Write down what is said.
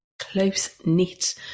close-knit